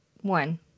one